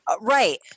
Right